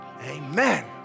Amen